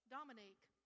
Dominique